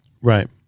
Right